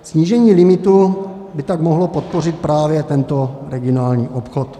Snížení limitu by tak mohlo podpořit právě tento regionální obchod.